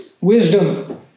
Wisdom